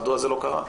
מדוע זה לא קרה?